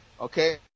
Okay